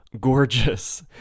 gorgeous